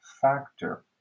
factor